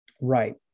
Right